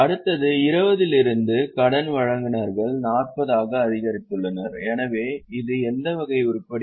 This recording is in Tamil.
அடுத்தது 20 ல் இருந்து கடன் வழங்குநர்கள் 40 ஆக அதிகரித்துள்ளனர் எனவே இது எந்த வகை உருப்படி